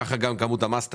כך גם כמות המס תעלה.